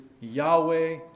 Yahweh